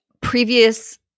previous